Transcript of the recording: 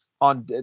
On